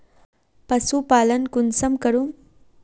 पशुपालन कुंसम करूम?